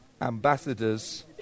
ambassadors